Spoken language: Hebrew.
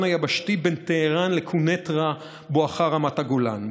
היבשתי בין טהרן לקונטרה בואכה רמת הגולן,